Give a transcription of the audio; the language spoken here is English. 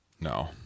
No